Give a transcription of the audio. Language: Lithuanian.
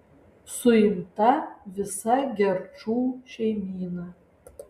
suimta visa gerčų šeimyna